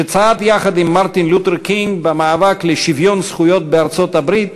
שצעד יחד עם מרטין לותר קינג במאבק לשוויון זכויות בארצות-הברית,